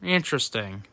Interesting